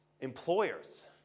Employers